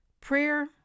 Prayer